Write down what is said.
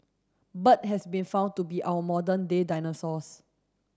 bird has been found to be our modern day dinosaurs